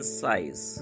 size